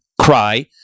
cry